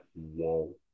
whoa